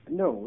no